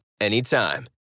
anytime